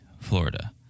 Florida